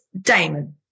Damon